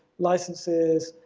licenses,